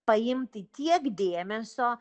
paimti tiek dėmesio